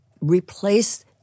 replace